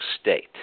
State